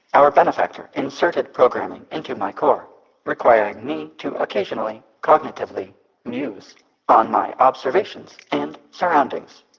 our benefactor inserted programming into my core requiring me to occasionally cognitively muse on my observations and surroundings.